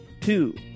two